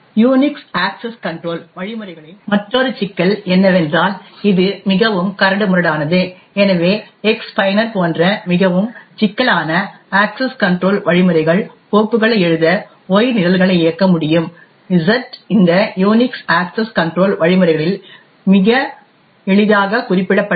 Unix access control வழிமுறைகளின் மற்றொரு சிக்கல் என்னவென்றால் இது மிகவும் கரடுமுரடானது எனவே X பயனர் போன்ற மிகவும் சிக்கலான அக்சஸ் கன்ட்ரோல் வழிமுறைகள் கோப்புகளை எழுத Y நிரல்களை இயக்க முடியும் Z இந்த யூனிக்ஸ் அக்சஸ் கன்ட்ரோல் வழிமுறைகளில் மிக எளிதாக குறிப்பிடப்படவில்லை